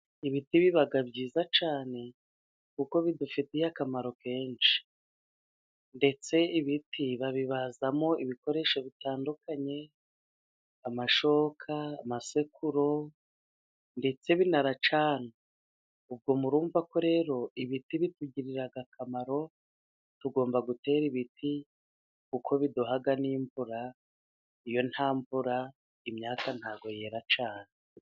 Ibiti biba byiza cyane ,kuko bidufitiye akamaro kenshi, ndetse ibiti babibazamo ibikoresho bitandukanye :amashoka ,amasekuru ndetse baranabicana ,ubwo murumva ko rero ibiti bitugirira akamaro ,tugomba gutera ibiti kuko biduha n'imvura iyo, nta mvura imyaka ntabwo yera cyane.